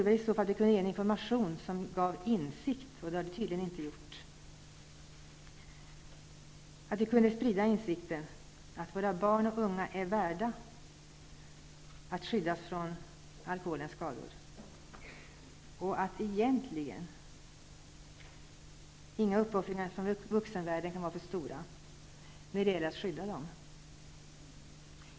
Vi borde ge information som ger insikt, och det har vi tydligen inte gjort. Vi måste sprida insikten att våra barn och ungdomar är värda att skyddas från alkoholens skador. Egentligen kan inga uppoffringar från vuxenvärlden vara för stora när det gäller att skydda barnen.